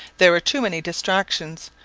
there were too many distractions,